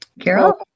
Carol